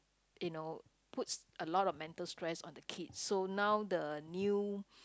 you know puts a lot of mental stress on the kid so now the new